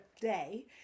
day